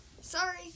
Sorry